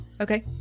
Okay